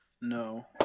No